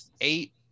eight